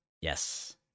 yes